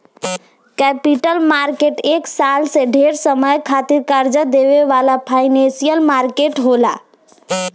capital market एक साल से ढेर समय खातिर कर्जा देवे वाला फाइनेंशियल मार्केट होला